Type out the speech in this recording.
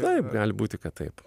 taip gali būti kad taip